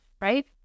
Right